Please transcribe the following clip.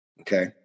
Okay